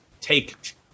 take